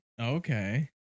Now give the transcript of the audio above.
Okay